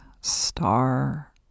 star